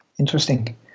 Interesting